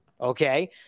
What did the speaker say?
Okay